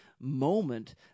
moment